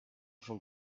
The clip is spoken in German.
von